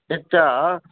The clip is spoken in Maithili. एकटा